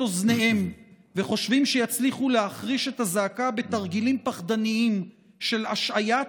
אוזניהם וחושבים שיצליחו להחריש את הזעקה בתרגילים פחדניים של השעיה,